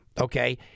okay